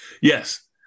Yes